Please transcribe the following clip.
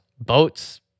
boats